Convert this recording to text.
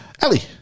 Ellie